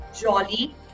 jolly